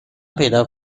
پیدا